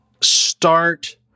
start